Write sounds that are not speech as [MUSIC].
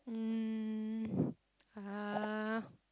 um [BREATH] uh